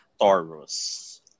Taurus